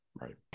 Right